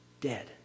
dead